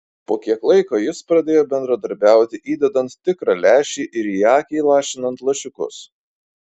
po kiek laiko jis pradėjo bendradarbiauti įdedant tikrą lęšį ir į akį lašinant lašiukus